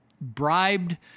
bribed